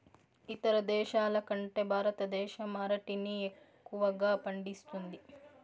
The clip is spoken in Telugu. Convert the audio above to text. ఇతర దేశాల కంటే భారతదేశం అరటిని ఎక్కువగా పండిస్తుంది